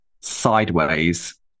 sideways